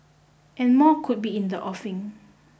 and more could be in the offing